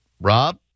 Rob